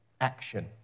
action